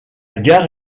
gare